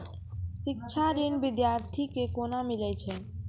शिक्षा ऋण बिद्यार्थी के कोना मिलै छै?